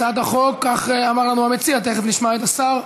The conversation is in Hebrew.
הצעת החוק, כך אמר לנו המציע, תכף נשמע את השר,